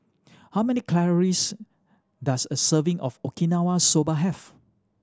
how many calories does a serving of Okinawa Soba have